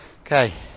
Okay